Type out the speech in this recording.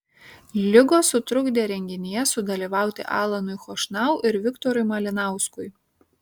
ligos sutrukdė renginyje sudalyvauti alanui chošnau ir viktorui malinauskui